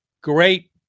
Great